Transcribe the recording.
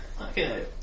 Okay